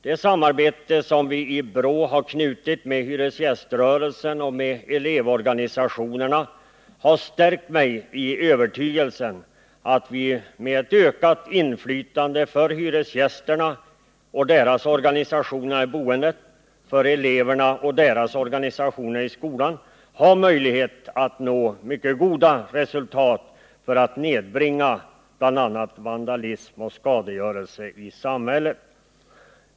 Det samarbete som vi i BRÅ har knutit med hyresgäströrelsen och med elevorganisationerna har stärkt mig i övertygelsen att vi med ett ökat inflytande för hyresgästerna och deras organisationer i boendet samt för eleverna och deras organisationer i skolan har möjlighet att nå mycket goda resultat för att nedbringa bl.a. vandalism och skadegörelse i samhället.